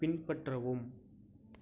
பின்பற்றவும்